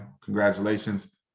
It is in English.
congratulations